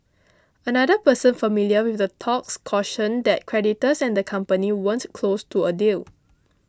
another person familiar with the talks cautioned that creditors and the company weren't close to a deal